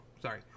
Sorry